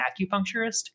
acupuncturist